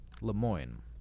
lemoyne